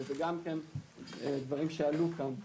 שזה גם כן דברים שעלו כאן.